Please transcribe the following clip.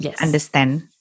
Understand